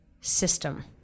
system